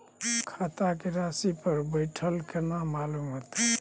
खाता के राशि घर बेठल केना मालूम होते?